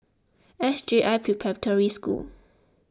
S J I Preparatory School